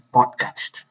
Podcast